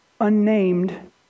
unnamed